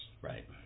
Right